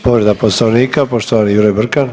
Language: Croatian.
Povreda Poslovnika poštovani Jure Brkan.